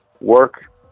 work